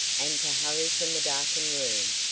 and to hurry from the darkened room,